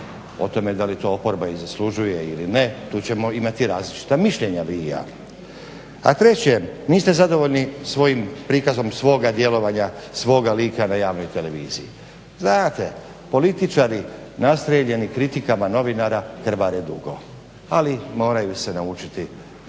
o tome da li to oporba zaslužuje ili ne, tu ćemo imati različita mišljenja vi ili ja. A treće niste zadovoljni svojim prikazom svoga djelovanja, svoga lika na javnoj televiziji. Znate kritičari nastrijeljeni kritikama novinara krvare dugo, ali moraju se naučiti prihvatiti